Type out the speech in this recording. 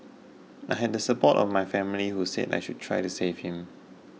I had the support of my family who said I should try to save him